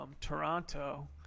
Toronto